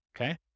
Okay